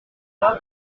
bras